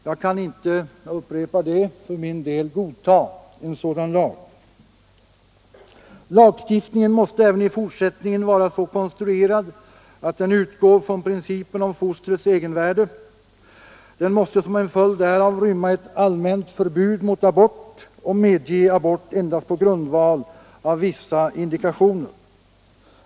Jag kan för min del — jag upprepar det — inte godta en sådan lag. Lagstiftningen måste även i fortsättningen vara så konstruerad att den utgår från principen om fostrets egenvärde. Den måste som en följd därav rymma ett allmänt förbud mot abort och medge abort endast på grundval av vissa indikationer.